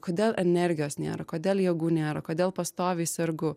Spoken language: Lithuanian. kodėl energijos nėra kodėl jėgų nėra kodėl pastoviai sergu